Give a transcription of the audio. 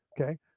Okay